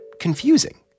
confusing